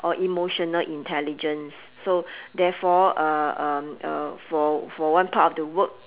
or emotional intelligence so therefore uh um uh for for one part of the work